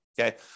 okay